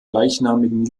gleichnamigen